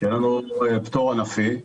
שיש לנו פטור ענפי.